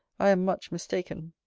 i am much mistaken.